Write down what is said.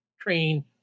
train